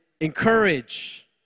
encourage